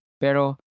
Pero